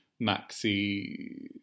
Maxi